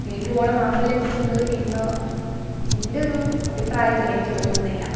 വേണ്ടുവോളം ആംബുലൻസ് ഉണ്ടോ എന്ന് എൻ്റെ ഒരു അഭിപ്രായത്തിൽ എനിക്ക് തോന്നുന്നില്ല